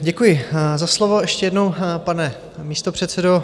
Děkuji za slovo ještě jednou, pane místopředsedo.